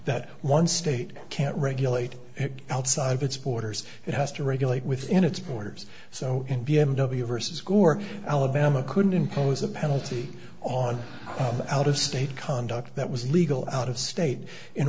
that one state can't regulate it outside of its borders it has to regulate within its borders so in b m w versus gore alabama could impose a penalty on the out of state conduct that was legal out of state in